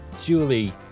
Julie